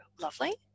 lovely